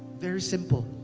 very simple.